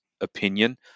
opinion